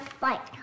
fight